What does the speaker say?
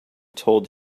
told